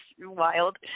wild